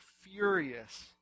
furious